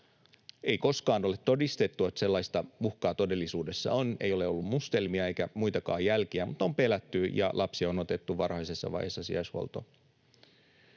Ei koskaan ole todistettu, että sellaista uhkaa todellisuudessa on — ei ole ollut mustelmia eikä muitakaan jälkiä — mutta on pelätty, ja lapsi on otettu varhaisessa vaiheessa sijaishuoltoon.